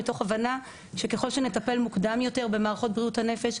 מתוך הבנה שככל שנטפל מוקדם יותר במערכות בריאות הנפש,